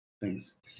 Thanks